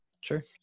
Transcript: Sure